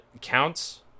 counts